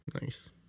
Nice